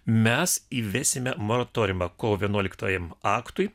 mes įvesime moratoriumą kovo vienuoliktajam aktui